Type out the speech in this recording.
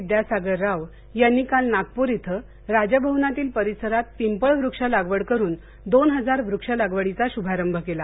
विद्यासागर राव यांनी काल नागपूर इथं राजभवनातील परिसरात पिंपळ वृक्ष लागवड करुन दोन हजार वृक्ष लागवडीचा शुभारंभ केला